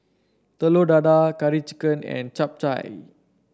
Telur Dadah Curry Chicken and Chap Chai